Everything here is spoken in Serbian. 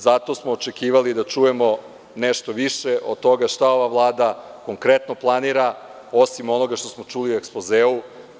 Zato smo očekivali da čujemo nešto više od toga šta ova Vlada konkretno planira, osim onoga što smo čuli u ekspozeu.